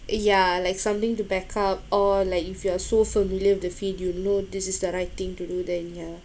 yeah like something to backup or like if you are so familiar with the field you know this is the right thing to do then yeah